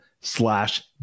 slash